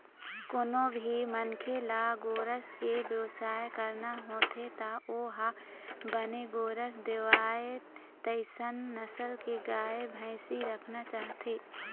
कोनो भी मनखे ल गोरस के बेवसाय करना होथे त ओ ह बने गोरस देवय तइसन नसल के गाय, भइसी राखना चाहथे